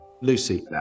Lucy